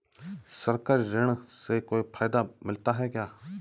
सरकारी ऋण से कोई फायदा मिलता है क्या?